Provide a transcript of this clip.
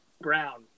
Brown